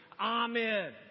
amen